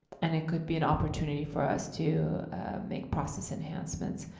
and it could be an opportunity for us to make process enhancements.